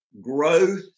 growth